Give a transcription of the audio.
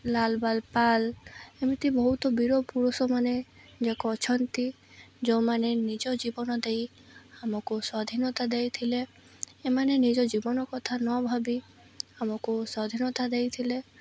ଲାଲବାଲ ପାାଲ ଏମିତି ବହୁତ ବୀରପୁରୁଷମାନେ ଯାକ ଅଛନ୍ତି ଯୋଉମାନେ ନିଜ ଜୀବନ ଦେଇ ଆମକୁ ସ୍ଵାଧୀନତା ଦେଇଥିଲେ ଏମାନେ ନିଜ ଜୀବନ କଥା ନ ଭାବି ଆମକୁ ସ୍ଵାଧୀନତା ଦେଇଥିଲେ